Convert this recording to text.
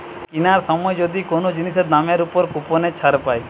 কিনার সময় যদি কোন জিনিসের দামের উপর কুপনের ছাড় পায়